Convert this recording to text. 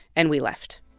and we left